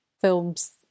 films